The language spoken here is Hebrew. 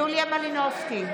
יוליה מלינובסקי,